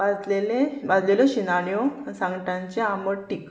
भाजलेले भाजलेल्यो शिणाण्यो सांगटांचे आमटटीक